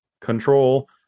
control